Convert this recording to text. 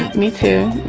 me too.